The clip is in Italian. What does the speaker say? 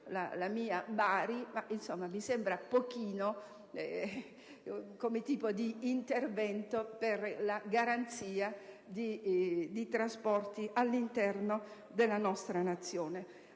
la mia Bari, ma mi pare pochino come tipo di intervento per la garanzia di trasporti all'interno della nostra Nazione.